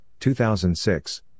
2006